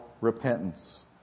repentance